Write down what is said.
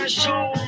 show